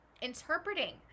interpreting